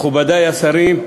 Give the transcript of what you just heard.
מכובדי השרים,